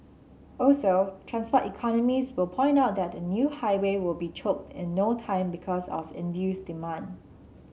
also transport economists will point out that a new highway will be choked in no time because of induced demand